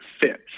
fits